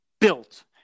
built